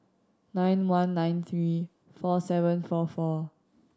nine one nine three four seven four four